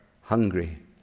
hungry